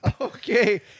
Okay